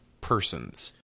persons